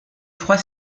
froids